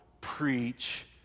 Preach